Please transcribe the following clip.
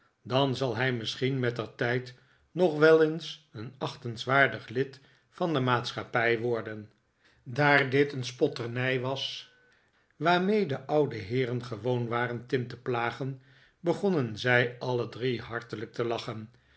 dan zal hij misschien mettertijd nog wel eens een achtenswaardig lid van de maatschappij worden daar dit een spotternij was waarmee de oude heeren gewoon waren tim te plagen begonnen zij alle drie hartelijk te lachen